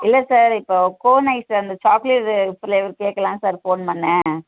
இல்லை சார் இப்போது cone ice sir அந்த சாக்லேட்டு ஃப்ளேவர் கேட்கலாம் சார் ஃபோன் பண்ணேன்